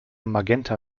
magenta